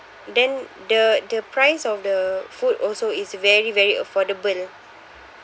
then the the price of the food also is very very affordable